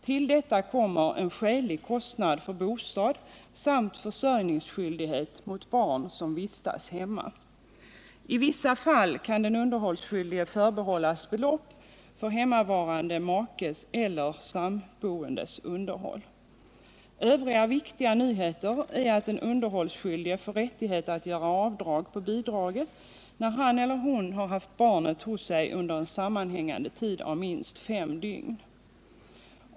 Till detta kommer en skälig kostnad för bostad samt försörjningsskyldighet mot barn som vistas hemma. I vissa fall kan den underhållsskyldige förbehållas belopp för hemmavarande makes eller samboendes underhåll. Övriga viktiga nyheter är att den underhållsskyldige får rättighet att göra avdrag på bidraget när han eller hon har haft barnet hos sig under en sammanhängande tid av minst fem dygn.